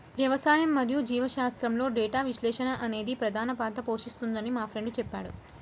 వ్యవసాయం మరియు జీవశాస్త్రంలో డేటా విశ్లేషణ అనేది ప్రధాన పాత్ర పోషిస్తుందని మా ఫ్రెండు చెప్పాడు